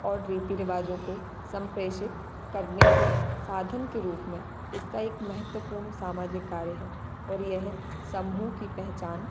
और रीति रिवाजों को संप्रेषित करने के साधन के रूप में इसका एक महत्वपूर्ण सामाजिक कार्य है और यह समूह की पहचान